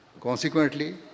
Consequently